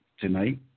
tonight